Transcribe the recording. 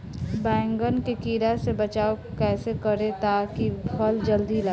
बैंगन के कीड़ा से बचाव कैसे करे ता की फल जल्दी लगे?